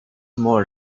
more